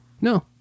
No